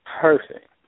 Perfect